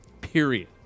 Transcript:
period